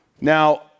Now